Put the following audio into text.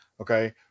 Okay